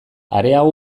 areago